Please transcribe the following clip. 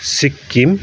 Sikkim